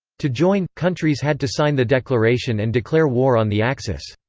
to join, countries had to sign the declaration and declare war on the axis.